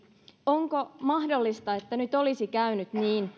onko mahdollista että nyt olisi käynyt niin